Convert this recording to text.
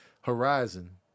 horizon